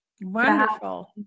Wonderful